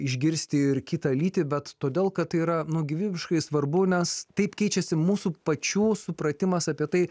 išgirsti ir kitą lytį bet todėl kad tai yra nu gyvybiškai svarbu nes taip keičiasi mūsų pačių supratimas apie tai